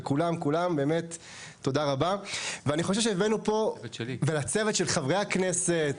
צוות חברי הכנסת